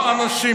לא אנשים,